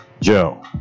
joe